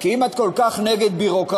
כי אם את כל כך נגד ביורוקרטיה,